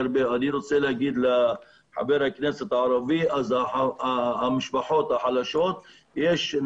רוצה להגיד לחבר הכנסת עסאקלה שמשפחות נזקקות